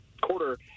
quarter